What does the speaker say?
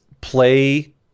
play